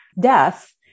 death